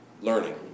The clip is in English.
learning